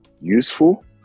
useful